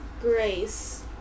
Grace